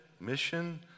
Mission